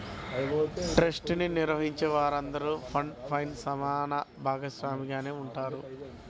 trust ని నిర్వహించే వారందరూ ఫండ్ పైన సమాన భాగస్వామిగానే ఉంటారు